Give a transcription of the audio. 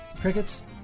Crickets